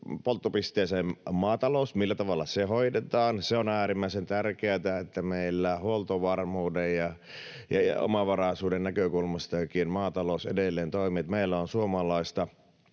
polttopisteeseen maatalous, millä tavalla se hoidetaan. Se on äärimmäisen tärkeätä, että meillä huoltovarmuuden ja omavaraisuuden näkökulmastakin maatalous edelleen toimii, että meillä on suomalaisia